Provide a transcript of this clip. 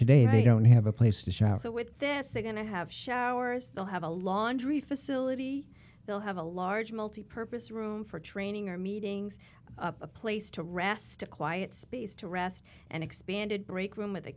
today they don't have a place to shop so with this they're going to have showers they'll have a laundry facility they'll have a large multipurpose room for training or meetings a place to rest a quiet space to rest and expanded break room with